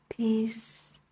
Peace